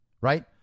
right